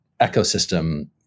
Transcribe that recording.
ecosystem